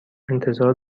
انتظار